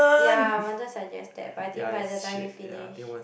ya wanted suggest that but I think by the time we finish